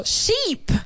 sheep